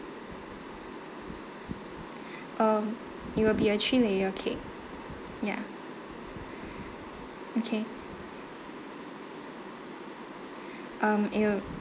um it will be a three layer cake ya okay um it will